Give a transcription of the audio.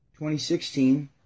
2016